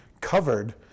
covered